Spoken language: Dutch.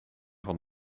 van